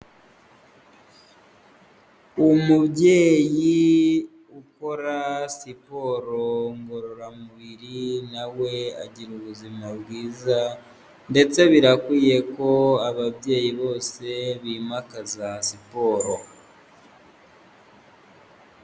Umubyeyi ukora siporo ngororamubiri na we agira ubuzima bwiza ndetse birakwiye ko ababyeyi bose bimakaza siporo.